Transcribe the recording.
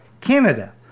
Canada